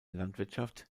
landwirtschaft